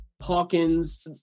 Hawkins